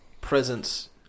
presence